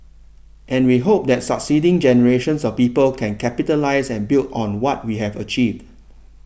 and we hope that succeeding generations of people can capitalise and build on what we have achieved